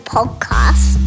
Podcast